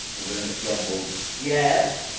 and then it grumbled yes.